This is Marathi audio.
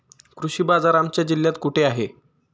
कृषी बाजार आमच्या जिल्ह्यात कुठे आहे?